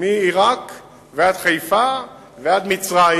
מעירק ועד חיפה ועד מצרים.